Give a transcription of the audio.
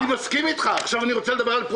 אני חייב להגיד לך: יש חוק שיצא לפני שנתיים.